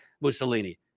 Mussolini